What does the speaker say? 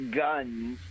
guns